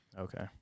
okay